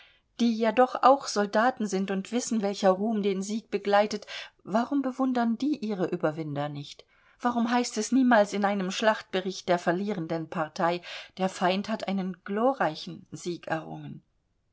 die ja doch auch soldaten sind und wissen welcher ruhm den sieg begleitet warum bewundern die ihre überwinder nicht warum heißt es niemals in einem schlachtbericht der verlierenden partei der feind hat einen glorreichen sieg errungen